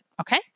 Okay